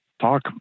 talk